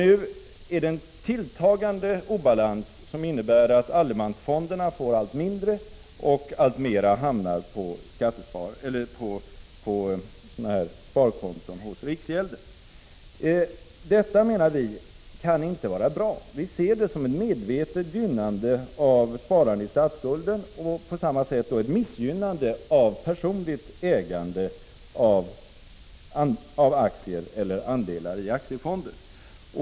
Nu är det en tilltagande obalans som innebär att allemansfonderna får allt mindre och att alltmer hamnar på sparkonton hos riksgälden. Det kan inte vara bra. Vi ser det som ett medvetet gynnande av sparande i statsskulden och ett missgynnande av personligt ägande av aktier eller andelar i aktiefonder.